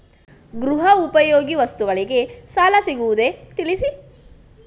ಗೃಹ ಉಪಯೋಗಿ ವಸ್ತುಗಳಿಗೆ ಸಾಲ ಸಿಗುವುದೇ ತಿಳಿಸಿ?